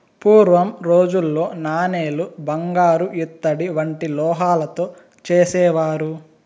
పూర్వం రోజుల్లో నాణేలు బంగారు ఇత్తడి వంటి లోహాలతో చేసేవారు